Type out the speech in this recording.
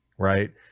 Right